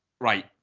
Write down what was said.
right